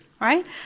right